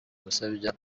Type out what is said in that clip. gusebya